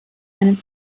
einem